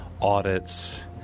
audits